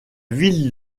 ville